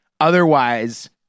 Otherwise